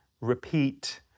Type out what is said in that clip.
repeat